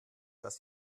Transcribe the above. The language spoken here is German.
dass